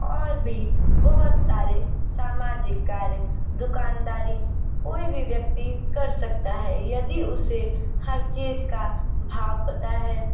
और भी बहुत सारे सामाजिक कार्य दुकानदारी कोई भी व्यक्ति कर सकता है यदि उसे हर चीज का भाव पता है